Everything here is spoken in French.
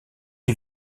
les